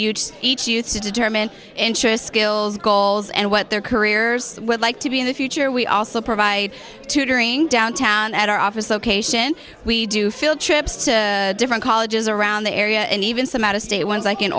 huge each used to determine interest skills goals and what their careers would like to be in the future we also provide tutoring downtown at our office location we do field trips to different colleges around the area and even some out of state ones like in